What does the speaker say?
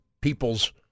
people's